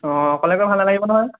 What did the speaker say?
অঁ অকলে গৈ ভাল নালাগিব নহয়